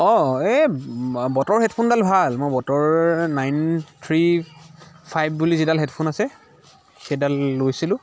অঁ এই বোটৰ হেডফোনডাল ভাল মই বটৰ নাইন থ্ৰী ফাইভ বুলি যিডাল হেডফোন আছে সেইডাল লৈছিলোঁ